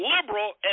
liberal